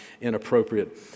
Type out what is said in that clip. inappropriate